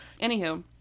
Anywho